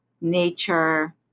nature